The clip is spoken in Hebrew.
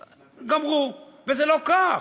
גמרו, וזה לא כך.